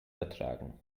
vertragen